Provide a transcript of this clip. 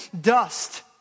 dust